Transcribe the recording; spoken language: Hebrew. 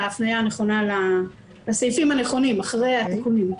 ההפניה הנכונה לתקנות הנכונות אחרי התיקונים.